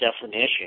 definition